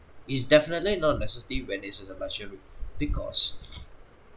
it's definitely not a necessity when it is a luxury because